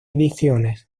ediciones